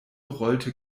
rollte